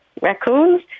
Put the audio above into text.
raccoons